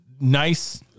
nice